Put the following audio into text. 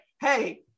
hey